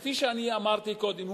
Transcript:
כפי שאני אמרתי קודם,